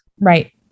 Right